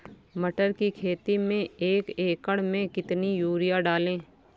मटर की खेती में एक एकड़ में कितनी यूरिया डालें?